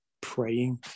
Praying